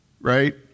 right